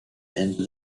into